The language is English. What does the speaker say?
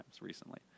recently